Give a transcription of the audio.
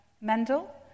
Mendel